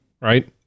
right